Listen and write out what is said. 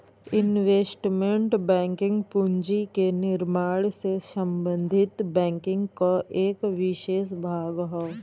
investment banking पूंजी के निर्माण से संबंधित बैंकिंग क एक विसेष भाग हौ